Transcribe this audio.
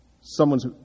someone's